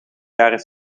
jaren